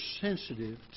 sensitive